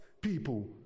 people